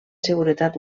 seguretat